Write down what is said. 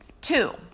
two